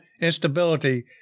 instability